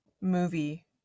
movie